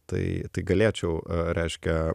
tai tai galėčiau reiškia